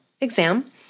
exam